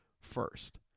first